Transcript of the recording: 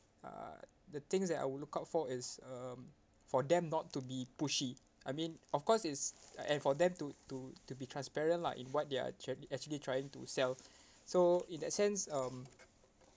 uh the things that I will look out for is um for them not to be pushy I mean of course it's and for them to to to be transparent lah in what they're actually trying to self so in that sense um